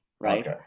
right